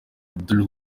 abdul